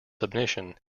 submission